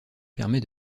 permet